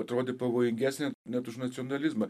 atrodė pavojingesnė net už nacionalizmą